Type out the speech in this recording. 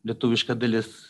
lietuviška dalis